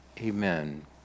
Amen